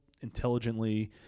intelligently